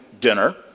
dinner